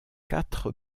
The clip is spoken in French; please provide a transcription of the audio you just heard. quatre